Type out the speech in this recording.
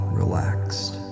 relaxed